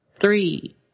Three